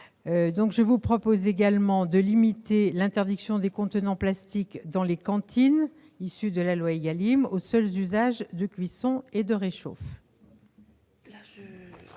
Je vous propose également de limiter l'interdiction des contenants en plastique dans les cantines, issue de la loi ÉGALIM, aux seuls usages de cuisson et de réchauffe. Le